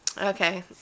Okay